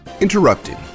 interrupted